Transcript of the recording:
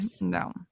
No